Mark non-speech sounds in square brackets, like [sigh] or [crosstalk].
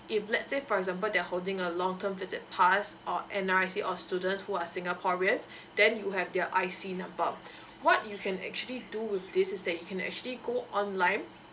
if let's say for example they're holding a long term visit pass or N_R_I_C or students who are singaporeans [breath] then you have their I_C number [breath] what you can actually do with this is that you can actually go online